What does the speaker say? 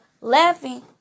laughing